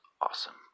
awesome